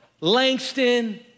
Langston